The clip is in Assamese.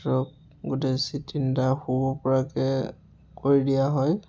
ধৰক গোটেই ছিট তিনিটা শুব পৰাকৈ কৰি দিয়া হয়